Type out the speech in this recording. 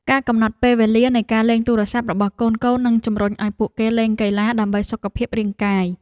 ការកំណត់ពេលវេលានៃការលេងទូរស័ព្ទរបស់កូនៗនិងជំរុញឱ្យពួកគេលេងកីឡាដើម្បីសុខភាពរាងកាយ។